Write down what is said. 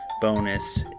bonus